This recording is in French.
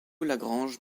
lagrange